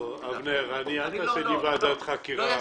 אבנר, אל תעשה לי ועדת חקירה רטרואקטיבית.